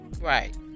Right